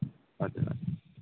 हजुर हजुर